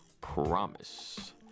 promise